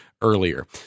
Earlier